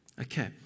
Okay